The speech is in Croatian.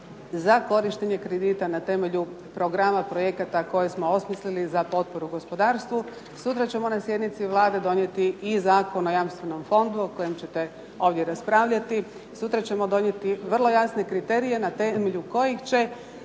za korištenje kredita na temelju programa projekata koje smo osmislili za potporu gospodarstvu. Sutra ćemo na sjednici Vlade donijeti i Zakon o jamstvenom fondu o kojem ćete ovdje raspravljati. Sutra ćemo donijeti vrlo jasne kriterije na temelju kojih će